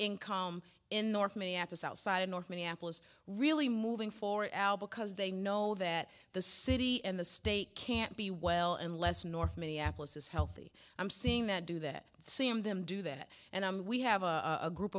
income in north minneapolis outside of north minneapolis really moving for al because they know that the city and the state can't be well unless north minneapolis is healthy i'm seeing that do that see i'm them do that and i'm we have a group